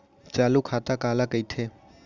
चालू खाता काला कहिथे?